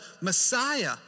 Messiah